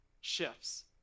shifts